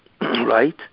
Right